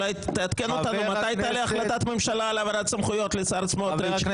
אולי תעדכן אותנו מתי תעלה החלטת ממשלה על העברת סמכויות לשר סמוטריץ'.